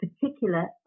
particular